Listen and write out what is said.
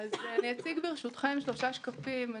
אני אציג, ברשותכם, שלושה שקפים.